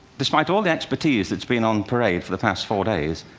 despite all the expertise that's been on parade for the past four days,